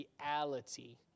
reality